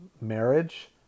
Marriage